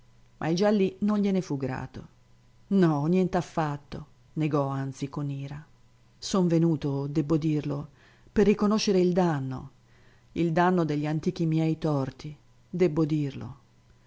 ma il gelli non gliene fu grato no nient'affatto negò anzi con ira sor venuto debbo dirlo per riconoscere il danno il danno degli antichi miei torti debbo dirlo